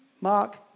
Mark